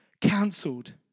cancelled